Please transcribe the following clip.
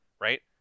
right